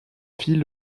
fille